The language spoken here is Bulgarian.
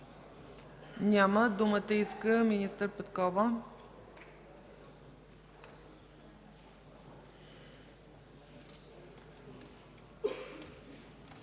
Няма. Думата иска министър Петкова.